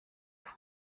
cup